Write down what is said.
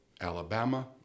Alabama